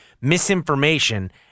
misinformation